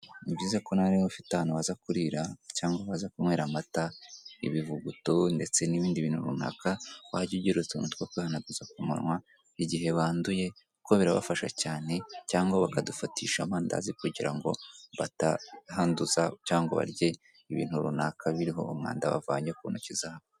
Ni byiza ko nawe niba ufite ahantu waza kurira cyangwa waza kunywera amata, ibivuguto, ndetse n'ibindi bintu runaka, wajya ugira utuntu two kwihanaguza ku munwa, igihe wanduye kuko birabafasha cyane cyangwa bakadufatisha amandazi kugira ngo batahanduza cyangwa barye ibintu runaka biriho umwanda bavanye ku ntoki zabo.